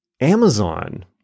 Amazon